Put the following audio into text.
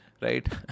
right